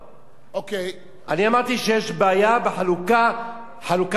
אני אמרתי שיש בעיה בחלוקת חומר מיסיונרי,